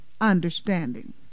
understanding